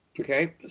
Okay